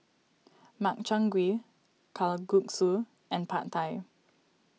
Makchang Gui Kalguksu and Pad Thai